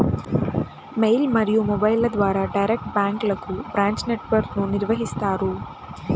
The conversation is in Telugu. మెయిల్ మరియు మొబైల్ల ద్వారా డైరెక్ట్ బ్యాంక్లకు బ్రాంచ్ నెట్ వర్క్ను నిర్వహిత్తారు